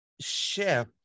shift